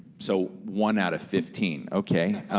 so one out of fifteen, okay.